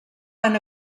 van